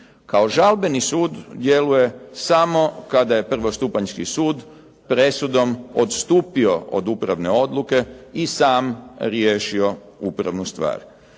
Kao žalbeni sud djeluje samo kada je prvostupanjski sud presudom odstupio od upravne odluke i sam riješio upravnu stvar.